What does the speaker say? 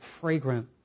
fragrant